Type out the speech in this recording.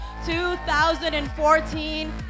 2014